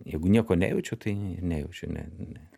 jeigu nieko nejaučiu tai ir nejaučiu ne ne